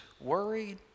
worried